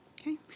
Okay